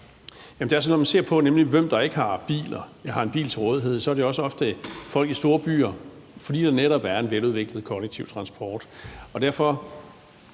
Jensen (S): Tak. Når man ser på, hvem der ikke har en bil til rådighed, er det ofte også folk i store byer, fordi der netop er en veludviklet kollektiv transport. Der